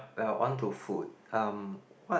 we are on to food um what